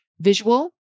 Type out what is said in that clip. visual